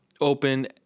open